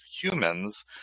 humans